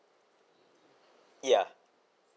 yeah